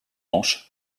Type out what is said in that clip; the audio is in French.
manches